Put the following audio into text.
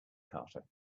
carter